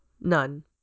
None